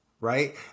Right